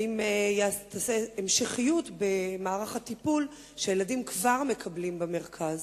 האם תהיה המשכיות במערך הטיפול שהילדים כבר מקבלים במרכז?